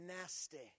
nasty